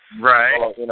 Right